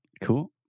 Cool